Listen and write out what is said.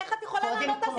איך את יכולה לענות על זה?